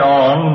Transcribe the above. on